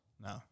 No